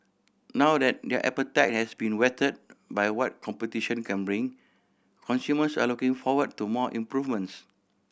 now that their appetite has been whetted by what competition can bring consumers are looking forward to more improvements